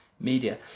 media